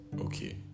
okay